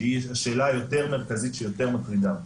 שהיא השאלה היותר מרכזית שיותר מטרידה אותי.